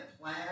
plan